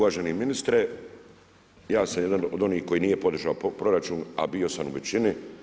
Uvaženi ministre, ja sam jedan od onih koji nije podržao proračun a bio sam u većini.